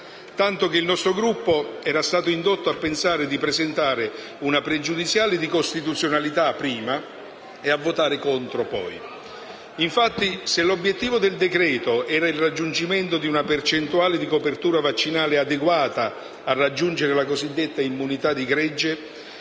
tanto che il nostro Gruppo era stato indotto a pensare di presentare una pregiudiziale di costituzionalità prima e a votare contro poi. Se l'obiettivo del decreto-legge era il raggiungimento di una percentuale di copertura vaccinale adeguata a raggiungere la cosiddetta immunità di gregge